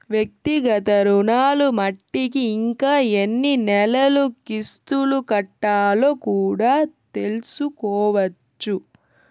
వ్యక్తిగత రుణాలు మట్టికి ఇంకా ఎన్ని నెలలు కిస్తులు కట్టాలో కూడా తెల్సుకోవచ్చు